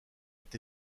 est